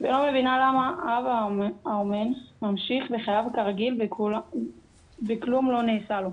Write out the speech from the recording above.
ולא מבינה למה האב האומן ממשיך בחייו כרגיל וכלום לא נעשה לו.